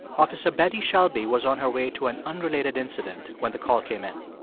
officer betty shelby was on her way to an unrelated incident when the call came in